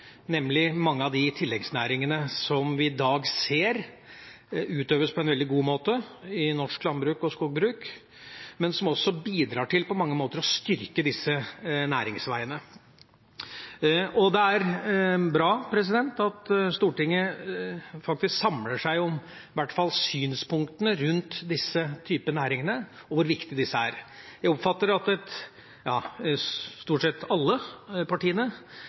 nemlig mange av de tilleggsnæringene som vi i dag ser utøves på en veldig god måte i norsk landbruk og skogbruk, men som også på mange måter bidrar til å styrke disse næringsveiene. Det er bra at Stortinget faktisk samler seg om i hvert fall synspunktene rundt denne typen næringer og hvor viktige disse er. Jeg oppfatter at stort sett alle partiene